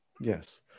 Yes